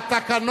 כל החוק,